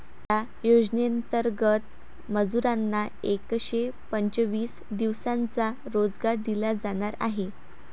या योजनेंतर्गत मजुरांना एकशे पंचवीस दिवसांचा रोजगार दिला जाणार आहे